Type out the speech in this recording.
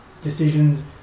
decisions